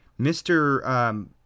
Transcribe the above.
Mr